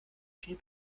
viel